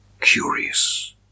Curious